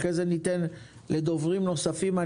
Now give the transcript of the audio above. אחרי כן ניתן לדוברים נוספים.